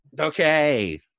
Okay